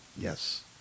Yes